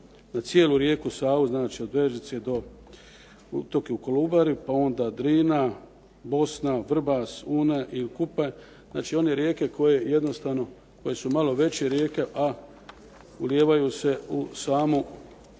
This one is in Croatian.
za cijelu rijeku Savu, znači od Eržice do utoke u Kolubari pa onda Drina, Bosna, Vrbas, Una i Kupa. Znači one rijeke koje jednostavno koje su malo veće rijeke, a ulijevaju se u samu